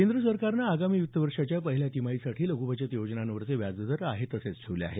केंद्र सरकारनं आगामी वित्त वर्षाच्या पहिल्या तिमाहीसाठी लघू बचत योजनांवरचे व्याज दर आहे तसेच ठेवले आहेत